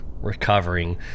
recovering